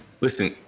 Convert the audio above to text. Listen